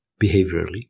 behaviorally